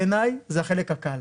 בעיניי זה החלק הקל